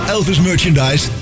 Elvis-merchandise